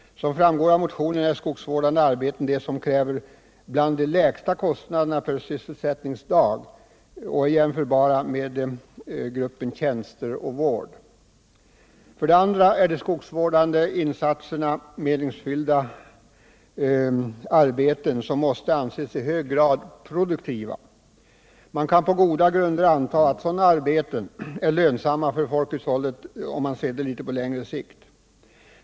Som framgår av motionen tillhör skogsvårdande arbete de arbeten som kräver de lägsta kostnaderna per sysselsättningsdag och är jämförbara med tjänster och vård. För det andra är de skogsvårdande insatserna meningsfyllda arbeten, som måste anses i hög grad produktiva. Man kan på goda grunder anta att sådana arbeten är lönsamma för folkhushållet sett på längre sikt.